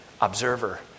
observer